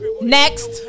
Next